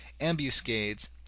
ambuscades